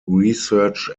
research